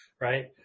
Right